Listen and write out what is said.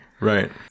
Right